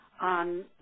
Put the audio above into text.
on